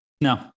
No